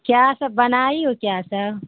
کیا سب بنائی ہو کیا سب